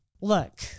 look